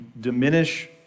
diminish